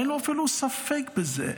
אין לו אפילו ספק בזה.